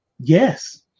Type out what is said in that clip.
Yes